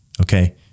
Okay